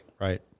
Right